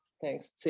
thanks